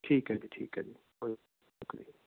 ਠੀਕ ਹੈ ਜੀ ਠੀਕ ਹੈ ਜੀ ਕੋਈ